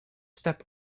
step